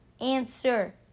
answer